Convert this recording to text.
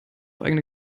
eigene